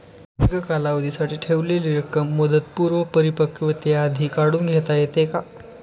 दीर्घ कालावधीसाठी ठेवलेली रक्कम मुदतपूर्व परिपक्वतेआधी काढून घेता येते का?